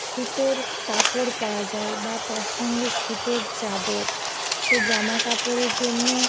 সুতোর কাপড় পাওয়া যায় বা তার সঙ্গে সুতোর চাদর তো জামাকাপড়ের জন্য